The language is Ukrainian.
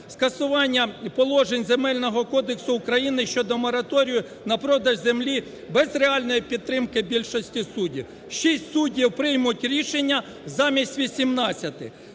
скасування положень Земельного кодексу України щодо мораторію на продаж землі без реальної підтримки більшості суддів, 6 суддів приймуть рішення замість 18-ти,